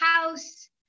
house